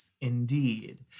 indeed